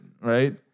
right